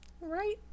right